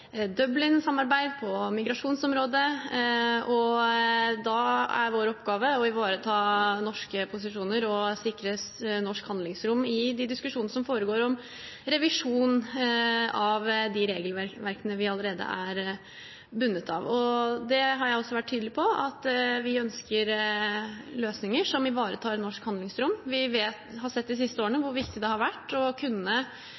på migrasjonsområdet. Da er vår oppgave å ivareta norske posisjoner og sikre norsk handlingsrom i de diskusjonene som foregår om revisjon av de regelverkene vi allerede er bundet av. Det har jeg vært tydelig på, at vi ønsker løsninger som ivaretar norsk handlingsrom. Vi har sett de siste årene